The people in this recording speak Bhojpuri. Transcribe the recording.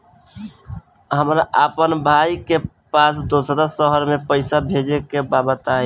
हमरा अपना भाई के पास दोसरा शहर में पइसा भेजे के बा बताई?